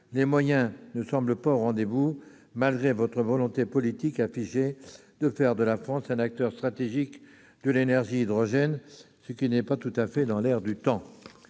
Les moyens ne semblent pas au rendez-vous, malgré votre volonté politique affichée de faire de la France un acteur stratégique de l'énergie hydrogène, ce qui n'est pas tout à fait dans l'air du temps.